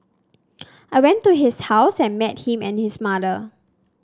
I went to his house and met him and his mother